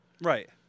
Right